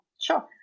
Sure